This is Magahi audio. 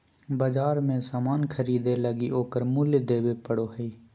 बाजार मे सामान ख़रीदे लगी ओकर मूल्य देबे पड़ो हय